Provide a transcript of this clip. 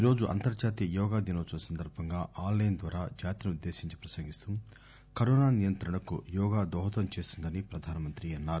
ఈ రోజు అంతర్లాతీయ యోగా దినోత్సవం సందర్బంగా ఆన్లైన్ ద్వారా జాతిని ఉద్దేశించి ప్రసంగిస్తూ కరోనా నియంత్రణకు యోగా దోహదం చేస్తుందని ప్రధానమంత్రి అన్నారు